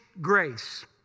grace